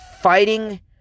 fighting